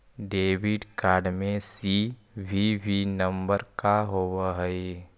Debit card में CVV number का होव हइ?